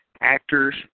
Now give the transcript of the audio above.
actors